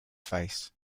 face